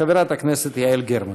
חברת הכנסת יעל גרמן.